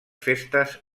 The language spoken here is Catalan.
festes